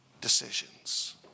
decisions